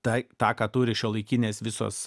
tai tą ką turi šiuolaikinės visos